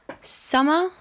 Summer